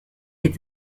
est